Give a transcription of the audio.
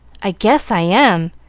i guess i am!